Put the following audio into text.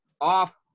off